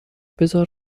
بزار